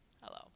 Hello